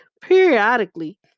Periodically